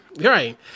right